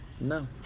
no